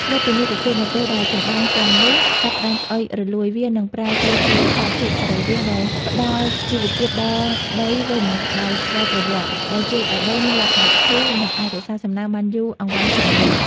លើសពីនេះទៅទៀត នៅពេលដែលចំបើងទាំងនោះចាប់ផ្ដើមស្អុយរលួយ វានឹងប្រែទៅជាសារធាតុសរីរាង្គដែលផ្ដល់ជីវជាតិដល់ដីវិញដោយស្វ័យប្រវត្តិ ដែលជួយឱ្យដីមានលក្ខណៈធូរ និងអាចរក្សាសំណើមបានយូរអង្វែងជាងមុន។